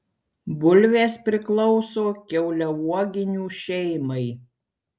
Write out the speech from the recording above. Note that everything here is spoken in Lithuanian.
bulvės priklauso kiauliauoginių šeimai